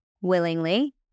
willingly